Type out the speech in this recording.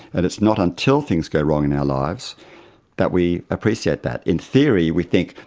and it's not until things go wrong in our lives that we appreciate that. in theory we think,